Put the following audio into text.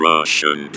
Russian